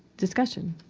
discussion?